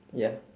ya